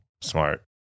smart